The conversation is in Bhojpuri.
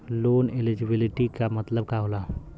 लोन एलिजिबिलिटी का मतलब का होला?